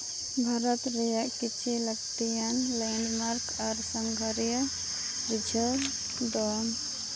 ᱵᱷᱟᱨᱚᱛ ᱨᱮᱭᱟᱜ ᱠᱤᱪᱷᱩ ᱞᱟᱹᱠᱛᱤᱭᱟᱱ ᱞᱮᱱᱰ ᱢᱟᱨᱠ ᱟᱨ ᱥᱟᱸᱜᱷᱟᱨᱤᱭᱟᱹ ᱨᱤᱡᱷᱟᱹᱣ ᱫᱚ